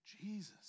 Jesus